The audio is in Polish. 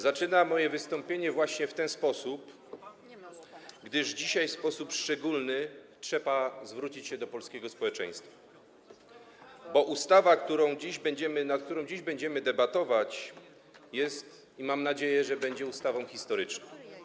Zaczynam moje wystąpienie właśnie w ten sposób, gdyż dzisiaj w sposób szczególny trzeba zwrócić się do polskiego społeczeństwa, bo ustawa, nad którą dziś będziemy debatować, jest - i mam nadzieję, że będzie - ustawą historyczną.